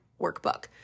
workbook